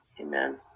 Amen